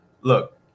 Look